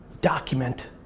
Document